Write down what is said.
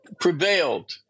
prevailed